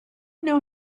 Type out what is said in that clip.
know